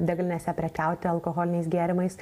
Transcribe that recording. degalinėse prekiauti alkoholiniais gėrimais